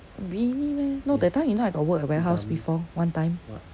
really meh no that time you know I got work at warehouse before one time